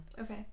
Okay